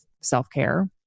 self-care